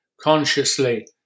consciously